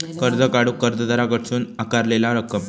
कर्ज काढूक कर्जदाराकडसून आकारलेला रक्कम